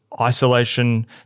isolation